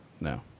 No